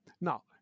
Now